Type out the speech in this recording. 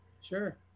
Sure